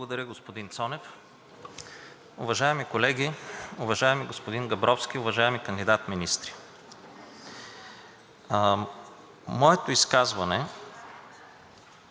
Благодаря, господин Цонев. Уважаеми колеги, уважаеми господин Габровски, уважаеми кандидат-министри! Моето изказване